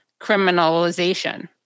criminalization